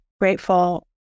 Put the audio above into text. grateful